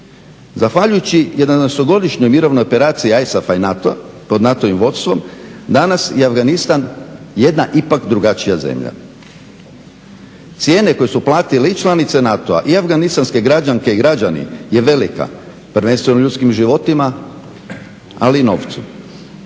Zahvaljujući 11-godišnjoj mirovnoj operaciji ISAF-a i NATO-a pod NATO-ovim vodstvom danas je Afganistan jedna ipak drugačija zemlja. Cijene koje su platili i članice NATO-a i afganistanske građanke i građani je velika, prvenstveno ljudskim životima, ali i novcu.